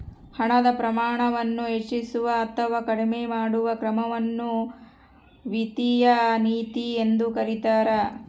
ಹಣದ ಪ್ರಮಾಣವನ್ನು ಹೆಚ್ಚಿಸುವ ಅಥವಾ ಕಡಿಮೆ ಮಾಡುವ ಕ್ರಮವನ್ನು ವಿತ್ತೀಯ ನೀತಿ ಎಂದು ಕರೀತಾರ